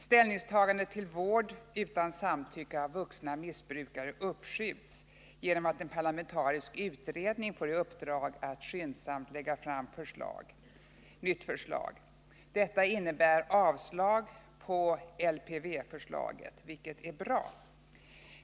Ställningstagandet till vård utan samtycke av vuxna missbrukare uppskjuts genom att en parlamentarisk utredning får i uppdrag att skyndsamt lägga fram nytt förslag. Detta innebär avslag på LPV-förslaget, vilket är bra.